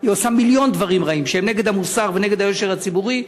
היא עושה מיליון דברים רעים שהם נגד המוסר ונגד היושר הציבורי,